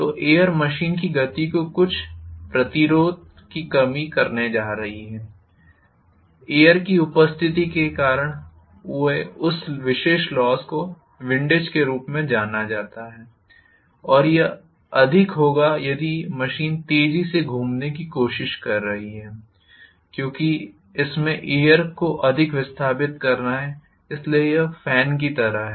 तो air machine की गति को कुछ प्रतिरोध की पेशकश करने जा रही है एयर की उपस्थिति के कारण उस हुए विशेष लॉस को विंडेज के रूप में जाना जाता है और यह अधिक होगा यदि मशीन तेजी से घुमने की कोशिश कर रही है क्योंकि इसमें एयर को अधिक विस्थापित करना है इसलिए यह फेन की तरह है